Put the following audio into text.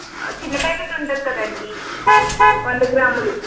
చిన్న ప్యాకెట్ ఉంటుంది కదండి వంద గ్రాములు